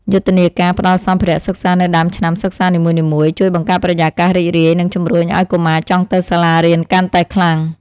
យុទ្ធនាការផ្តល់សម្ភារៈសិក្សានៅដើមឆ្នាំសិក្សានីមួយៗ ជួយបង្កើតបរិយាកាសរីករាយនិងជំរុញឱ្យកុមារចង់ទៅសាលារៀនកាន់តែខ្លាំង។